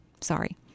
Sorry